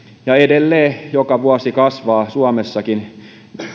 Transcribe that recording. ja edelleen joka vuosi kasvavat suomessakin